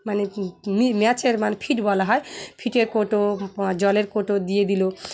মানে ম্যাচের মানে ফিট বলা হয় ফিটের কৌটো জলের কৌটো দিয়ে দিলো